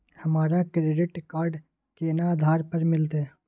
हमरा credit card केना आधार पर मिलते?